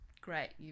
great